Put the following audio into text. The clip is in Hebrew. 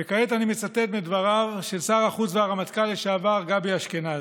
וכעת אני מצטט מדבריו של שר החוץ והרמטכ"ל לשעבר גבי אשכנזי: